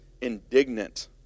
indignant